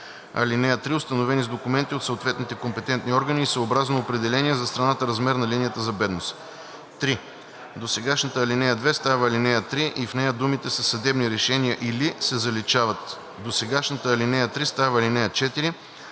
ал. 3, установени с документи от съответните компетентни органи, и съобразно определения за страната размер на линията за бедност.“ 3. Досегашната ал. 2 става ал. 3 и в нея думите „със съдебни решения или“ се заличават. 4. Досегашната ал. 3 става ал. 4.